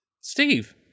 Steve